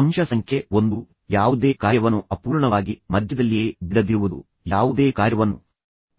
ಅಂಶ ಸಂಖ್ಯೆ 1 ಯಾವುದೇ ಕಾರ್ಯವನ್ನು ಅಪೂರ್ಣವಾಗಿ ಮಧ್ಯದಲ್ಲಿಯೇ ಬಿಡದಿರುವುದು ಯಾವುದೇ ಕಾರ್ಯವನ್ನು